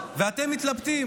ואתם מתלבטים